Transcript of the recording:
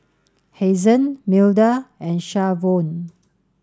Hazen Milda and Shavonne